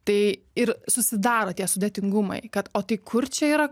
tai ir susidaro ties sudėtingumai kad o tai kur čia yra